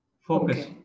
Focus